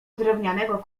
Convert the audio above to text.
drewnianego